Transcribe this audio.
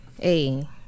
Hey